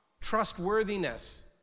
trustworthiness